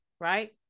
right